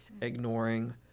ignoring